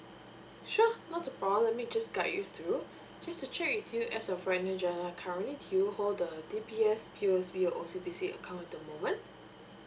sure not a problem let me just guide you through just to check with you as of currently do you hold the D_B_S P_O_S_B or O_C_B_C account at the moment